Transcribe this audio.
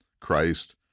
Christ